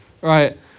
Right